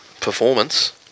performance